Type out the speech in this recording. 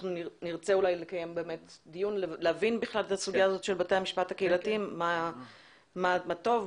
אנחנו נרצה לקיים דיון כדי להבין מה זה בתי משפט קהילתיים מה טוב,